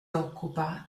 occupa